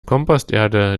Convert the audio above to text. komposterde